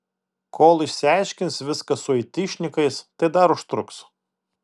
kol išsiaiškins viską su aitišnikais tai dar užtruks